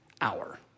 hour